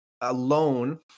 alone